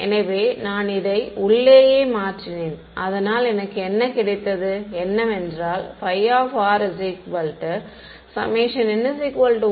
எனவே நான் இதை உள்ளேயே மாற்றினேன் அதனால் எனக்கு கிடைத்தது என்னவென்றால் n1Nnbn n1NnLbnf